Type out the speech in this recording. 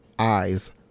Eyes